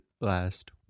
last